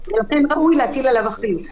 לכן ראוי להטיל עליו אחריות.